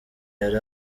yari